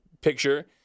picture